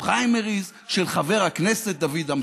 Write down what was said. אנחנו לא אמורים לממן גם את הפריימריז של חבר הכנסת דוד אמסלם.